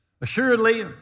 Assuredly